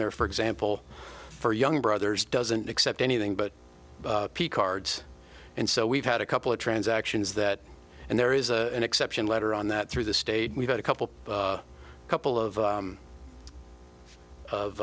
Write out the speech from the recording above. there for example for young brothers doesn't accept anything but p cards and so we've had a couple of transactions that and there is an exception letter on that through the state we've had a couple a couple of